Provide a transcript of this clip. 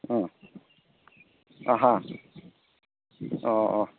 ꯎꯝ ꯑꯥ ꯍꯥꯥ ꯑꯣ